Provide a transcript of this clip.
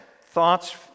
Thoughts